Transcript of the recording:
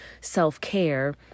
self-care